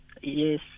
Yes